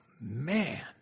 man